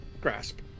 grasp